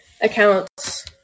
accounts